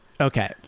Okay